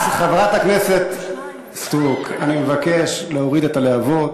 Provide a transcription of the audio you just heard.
חברת הכנסת סטרוק, אני מבקש להוריד את הלהבות.